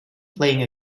playing